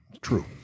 True